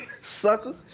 Sucker